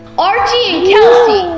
archie and kelsey.